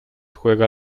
juega